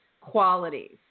qualities